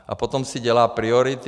A potom si dělá priority.